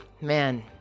man